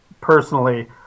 personally